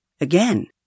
Again